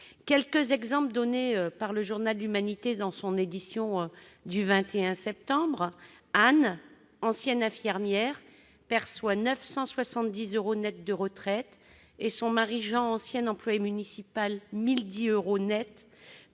quelques exemples donnés par le journal, dans son édition du 21 septembre dernier. Anne, ancienne infirmière, perçoit 970 euros net de retraite et son mari Jean, ancien employé municipal, 1 010 euros net.